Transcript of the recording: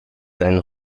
seinen